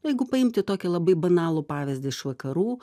jeigu paimti tokį labai banalų pavyzdį iš vakarų